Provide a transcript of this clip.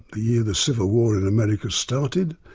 the year the civil war in america started,